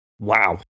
Wow